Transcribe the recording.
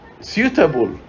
suitable